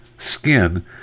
skin